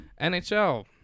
nhl